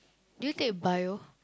did you take bio